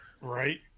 right